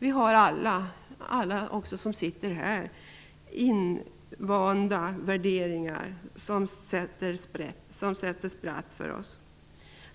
Alla har vi, även vi som sitter här, invanda värderingar som spelar spratt för oss.